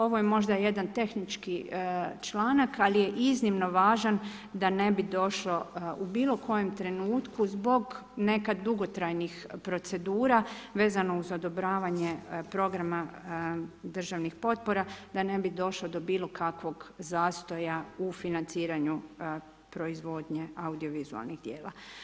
Ovo je možda jedan tehnički članak, ali je iznimno važan da ne bi došao u bilo kojem trenutku zbog nekad dugotrajnih procedura vezano uz odobravanje programa državnih potpora, da ne bi došlo do bilo kakvog zastoja u financiranju proizvodnje audiovizualnih djela.